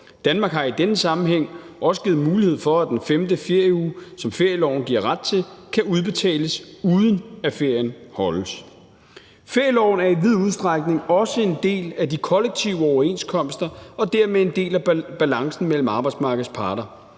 Danmark har i denne sammenhæng også givet mulighed for, at den femte ferieuge, som ferieloven giver ret til, kan udbetales, uden at ferien holdes. Ferieloven er i vid udstrækning også en del af de kollektive overenskomster og dermed en del af balancen mellem arbejdsmarkedets parter.